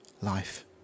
life